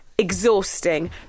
Exhausting